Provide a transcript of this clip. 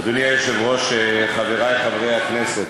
אדוני היושב-ראש, חברי חברי הכנסת,